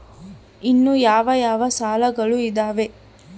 ಇನ್ನು ಯಾವ ಯಾವ ಸಾಲಗಳು ಇದಾವೆ?